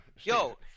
yo